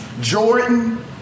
Jordan